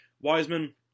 Wiseman